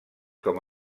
com